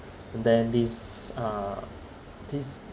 and this uh this